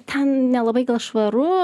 ten nelabai švaru